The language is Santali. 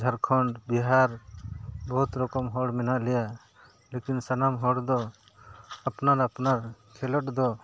ᱡᱷᱟᱲᱠᱷᱚᱸᱰ ᱵᱤᱦᱟᱨ ᱵᱚᱦᱩᱛ ᱨᱚᱠᱚᱢ ᱦᱚᱲ ᱢᱮᱱᱟᱜ ᱞᱮᱭᱟ ᱞᱮᱠᱤᱱ ᱥᱟᱱᱟᱢ ᱦᱚᱲ ᱫᱚ ᱟᱯᱱᱟᱨ ᱟᱯᱱᱟᱨ ᱠᱷᱮᱞᱳᱸᱰ ᱫᱚ